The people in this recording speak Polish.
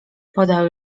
podał